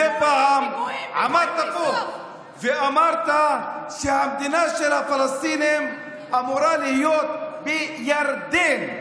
מדי פעם עמדת פה ואמרת שהמדינה של הפלסטינים אמורה להיות בירדן.